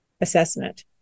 assessment